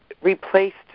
replaced